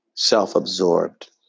self-absorbed